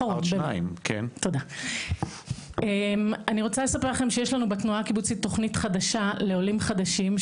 אני רוצה לספר לכם שיש לנו בתנועה הקיבוצית תוכנית חדשה לעולים חדשים,